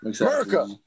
America